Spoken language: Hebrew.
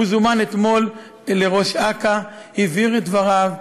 הוא זומן אתמול לראש אכ"א והבהיר את דבריו.